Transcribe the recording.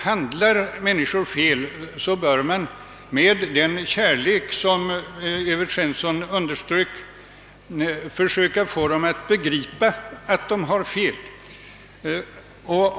Handlar människor fel, bör man — med den kärlek som Evert Svensson underströk som nödvändig — söka få dem att begripa att de har fel.